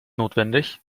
notwendig